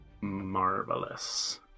Marvelous